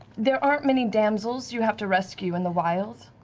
there aren't many damsels you have to rescue in the wild.